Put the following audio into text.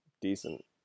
decent